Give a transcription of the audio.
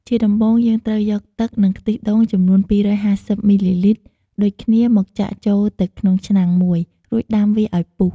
ជាដំបូង យើងត្រូវយកទឹក និងខ្ទិះដូងចំនួន២៥០មីលីលីត្រដូចគ្នាមកចាក់ចូលទៅក្នុងឆ្នាំងមួយ រួចដាំវាឱ្យពុះ។